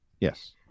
Yes